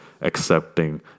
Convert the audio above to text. accepting